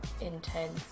intense